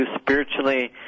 spiritually